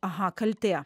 aha kaltė